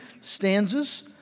stanzas